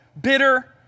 bitter